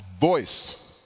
voice